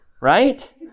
right